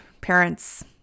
parents